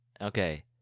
okay